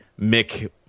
Mick